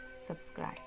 subscribe